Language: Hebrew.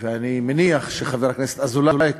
ואני מניח שחבר הכנסת אזולאי,